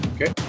Okay